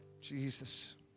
Jesus